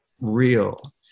real